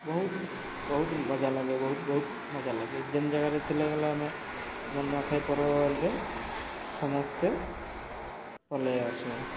ବହୁତ ବହୁତ ମଜା ଲାଗେ ବହୁତ ବହୁତ ମଜା ଲାଗେ ଯେନ୍ ଜାଗାରେ ଥିଲାଗଲେ ଆମେ ଆମର୍ ନୂଆଖାଇ ପର୍ବ ବେଲକେ ସମସ୍ତେ ପଲେଇ ଆସୁଁ